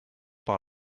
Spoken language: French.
par